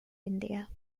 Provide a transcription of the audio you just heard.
india